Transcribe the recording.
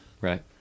Right